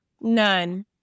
None